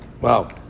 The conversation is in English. Wow